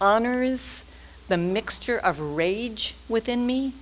honor is the mixture of rage within me